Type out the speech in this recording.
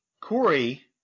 Corey